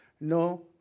No